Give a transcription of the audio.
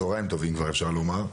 צוהריים טובים כבר אפשר לומר,